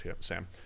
sam